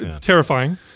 terrifying